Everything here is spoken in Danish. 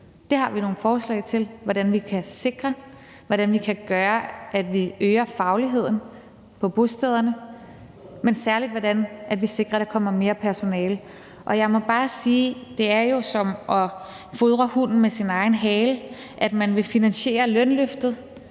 Det har vi nogle forslag til hvordan vi kan sikre, og hvordan vi kan gøre, at vi øger fagligheden på bostederne, men særlig hvordan vi sikrer, at der kommer mere personale. Og jeg må bare sige: Det er jo som at fodre hunden med sin egen hale, at man vil finansiere lønløftet